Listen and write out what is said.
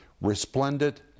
resplendent